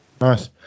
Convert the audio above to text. Nice